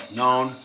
known